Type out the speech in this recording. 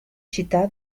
città